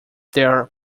their